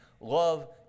love